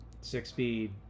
six-speed